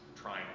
trying